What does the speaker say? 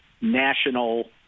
national